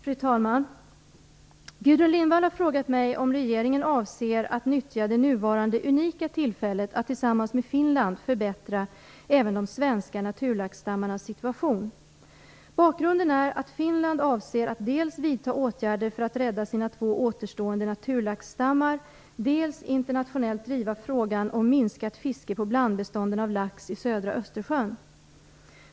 Fru talman! Gudrun Lindvall har frågat mig om regeringen avser att nyttja det nuvarande unika tillfället att tillsammans med Finland förbättra även de svenska naturlaxstammarnas situation. Bakgrunden är att Finland avser att dels vidta åtgärder för att rädda sina två återstående naturlaxstammar, dels internationellt driva frågan om minskat fiske på blandbestånden av lax i södra Östersjön.